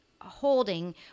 holding